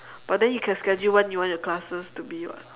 but then you can schedule when you want your classes to be [what]